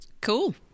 Cool